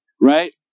right